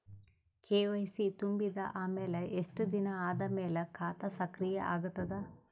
KYC ತುಂಬಿದ ಅಮೆಲ ಎಷ್ಟ ದಿನ ಆದ ಮೇಲ ಖಾತಾ ಸಕ್ರಿಯ ಅಗತದ?